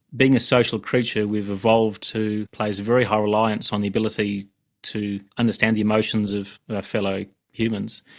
being a social creature, we have evolved to place very high reliance on the ability to understand the emotions of our fellow humans.